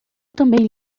também